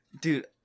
dude